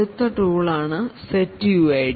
അടുത്ത ടൂൾ ആണ് setuid